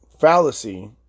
fallacy